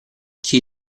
chi